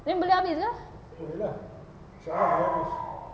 then boleh habis ke